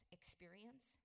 experience